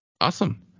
Awesome